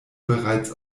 bereits